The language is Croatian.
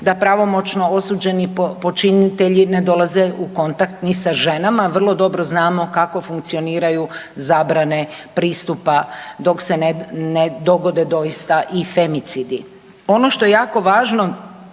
da pravomoćno osuđeni počinitelji ne dolaze u kontakt ni sa ženama. Vrlo dobro znamo kako funkcioniraju zabrane pristupa dok se ne dogode doista i femicidi. Ono što je jako važno